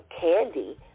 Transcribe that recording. Candy